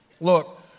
Look